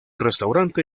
restaurante